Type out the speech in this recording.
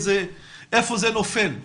איפה זה נופל?